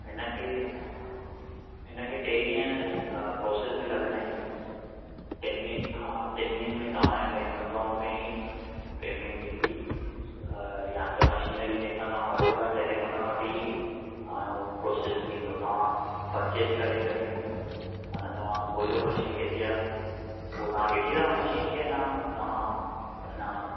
हिनखे हिनखे टे ॾींहं प्रोसेस में लॻंदा आहिनि टिनि ॾींहंनि खां टिनि ॾींहंनि में तव्हांजे बैंक अकाउंट में ई पेमेंट ईंदी अ या त मशीनरी जेका तव्हां वठो था डायरेक्ट हुन वटि ई तव्हां जो प्रोसेस थींदो तव्हां परचेस करे करे मना तव्हां ॻोल्हियो मशीन किथे आहे उहो तव्हां ॾिठी अथव मशीन के अञा तव्हां अञा